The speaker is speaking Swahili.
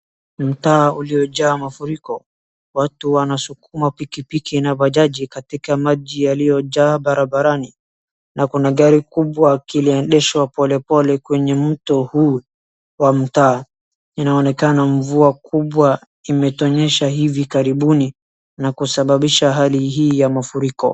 Mtaa uliojaa mafuriko watu wanasukuma pikipiki na bajaji katika maji yaliyojaa barabarani na kuna gari kubwa kiliendeshwa polepole kwenye mto huu wa mtaa. Inaonekana mvua kubwa imetonyesha hivi karibuni na kusababisha hali hii ya mafuriko.